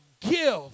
give